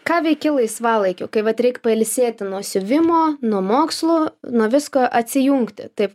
ką veiki laisvalaikiu kai vat reik pailsėti nuo siuvimo nuo mokslų nuo visko atsijungti taip